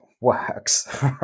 works